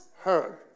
heard